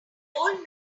old